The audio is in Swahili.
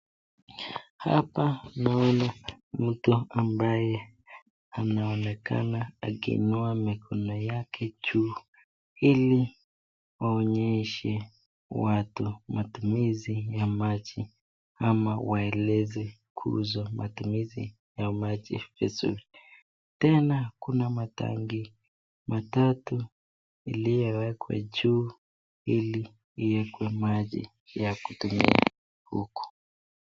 Hapa naona mtu ambaye anaonekana akiinua mikono yake juu ili awaonyeshe watu matumizi ya maji ama waeleze kuhusu matumizi ya maji vizuri. Tena kuna matangi matatu yaliyowekwa juu ili iwekwe maji ya kutumia huku.